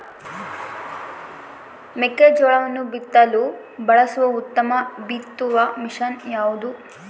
ಮೆಕ್ಕೆಜೋಳವನ್ನು ಬಿತ್ತಲು ಬಳಸುವ ಉತ್ತಮ ಬಿತ್ತುವ ಮಷೇನ್ ಯಾವುದು?